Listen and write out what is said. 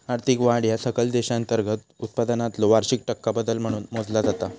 आर्थिक वाढ ह्या सकल देशांतर्गत उत्पादनातलो वार्षिक टक्का बदल म्हणून मोजला जाता